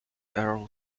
errol